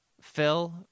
Phil